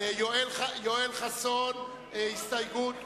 חבר הכנסת יואל חסון, הסתייגות.